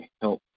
help